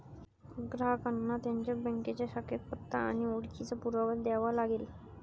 ग्राहकांना त्यांच्या बँकेच्या शाखेत पत्ता आणि ओळखीचा पुरावा द्यावा लागेल